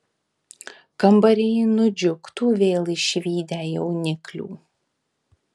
kambariai nudžiugtų vėl išvydę jauniklių